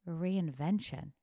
reinvention